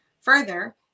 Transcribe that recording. further